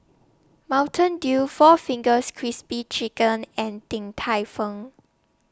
Mountain Dew four Fingers Crispy Chicken and Din Tai Fung